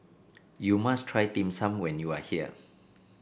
you must try Dim Sum when you are here